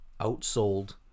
outsold